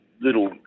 little